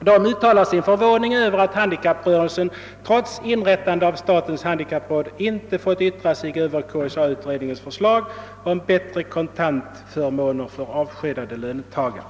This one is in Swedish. Man uttalade sin förvåning över att handikapprörelsen trots inrättandet av statens handikappråd inte fått yttra sig över KSA-utredning ens förslag om bättre kontantförmåner för avskedade löntagare.